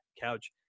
Couch